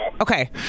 Okay